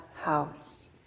house